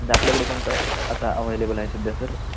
म्हणजे आपल्याकडे कोणतं आता अव्हेलेबल आहे सध्या सर